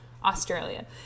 Australia